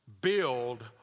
build